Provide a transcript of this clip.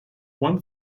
one